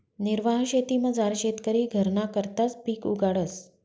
निर्वाह शेतीमझार शेतकरी घरना करताच पिक उगाडस